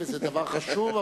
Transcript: וזה דבר חשוב,